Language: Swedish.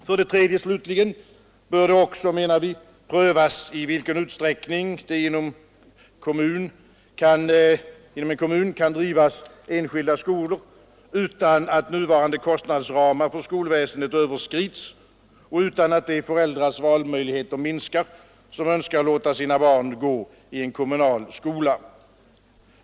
För det tredje, slutligen, bör det också prövas i vilken utsträckning det inom en kommun kan drivas enskilda skolor utan att nuvarande kostnadsramar för skolväsendet överskrids och utan att de föräldrars valmöjligheter minskar som önskar låta sina barn gå i en kommunal skola.